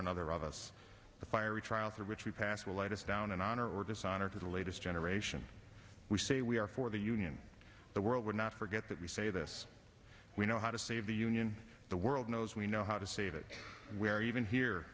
another of us the fiery trial through which we pass will let us down in honor or dishonor to the latest generation we say we are for the union the world will not forget that we say this we know how to save the union the world knows we know how to say it where even here